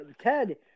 Ted